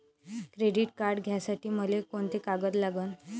Credit card घ्यासाठी मले कोंते कागद लागन?